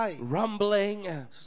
rumbling